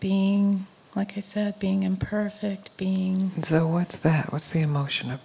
being like he said being imperfect being so what's that what's the emotion